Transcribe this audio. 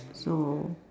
so